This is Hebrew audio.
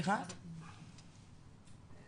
אלה